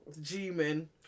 G-Men